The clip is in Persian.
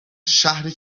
شهری